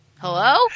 Hello